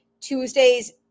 Tuesday's